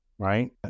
Right